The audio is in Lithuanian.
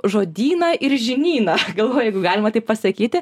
žodyną ir žinyną galvoju jeigu galima taip pasakyti